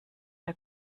der